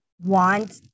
want